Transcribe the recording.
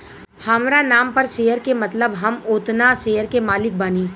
हामरा नाम पर शेयर के मतलब हम ओतना शेयर के मालिक बानी